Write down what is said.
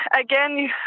again